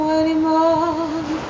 anymore